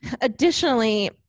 additionally